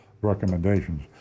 recommendations